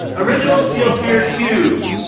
originals feel fear, too.